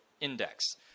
index